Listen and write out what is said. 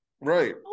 Right